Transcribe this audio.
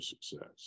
success